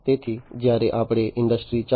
તેથી જ્યારે આપણે ઇન્ડસ્ટ્રી 4